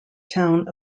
town